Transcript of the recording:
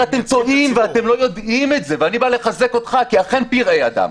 אבל אתם טועים ואתם לא יודעים את זה ואני בא לחזק אותך כי אכן פראי אדם.